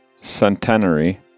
Centenary